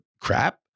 crap